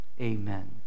Amen